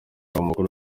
w’umukuru